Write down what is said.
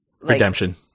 redemption